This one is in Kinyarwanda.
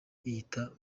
yiyita